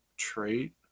Trait